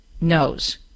knows